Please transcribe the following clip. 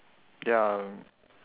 ya